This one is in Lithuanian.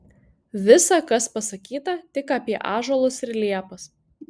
visa kas pasakyta tik apie ąžuolus ir liepas